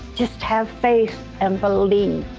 just have faith and believe.